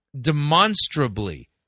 demonstrably